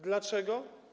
Dlaczego?